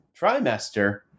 trimester